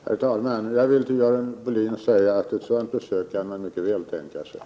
Herr talman! Jag vill säga till Görel Bohlin att man mycket väl kan tänka sig ett sådant besök.